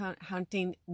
hunting